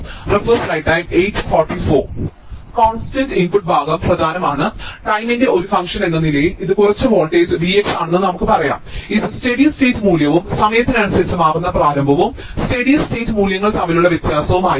constant input ഭാഗം പ്രധാനമാണ് ടൈമിന്റെ ഒരു ഫംഗ്ഷൻ എന്ന നിലയിൽ ഇത് കുറച്ച് വോൾട്ടേജ് V x ആണെന്ന് നമുക്ക് പറയാം ഇത് സ്റ്റെഡി സ്റ്റേറ്റ് മൂല്യവും സമയത്തിനനുസരിച്ച് മാറുന്ന പ്രാരംഭവും സ്റ്റെഡി സ്റ്റേറ്റ് മൂല്യങ്ങൾ തമ്മിലുള്ള വ്യത്യാസവും ആയിരിക്കും